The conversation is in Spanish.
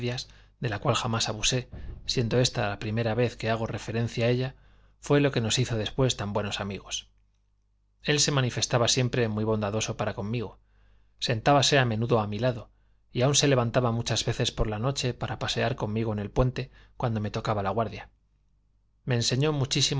de la cual jamás abusé siendo ésta la primera vez que hago referencia a ella fué lo que nos hizo después tan buenos amigos él se manifestaba siempre muy bondadoso para conmigo sentábase a menudo a mi lado y aun se levantaba muchas veces por la noche para pasear conmigo en el puente cuando me tocaba la guardia me enseñó muchísimo